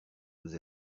vous